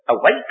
Awake